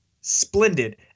splendid